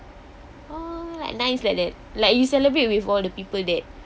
like nice like that like you celebrate with all the people that